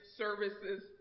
services